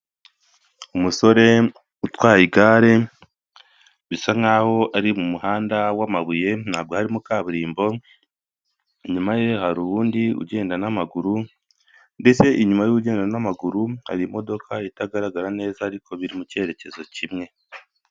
Umusore utwaye igare bisa nk'aho ari mu muhanda wamabuye ntabwo harimo kaburimbo, inyuma ye hari uwundi ugenda n'amaguru ndetse inyuma y'uwugenda n'amaguru hari imodoka itagaragara neza ariko biri mu cyerekezo kimwe.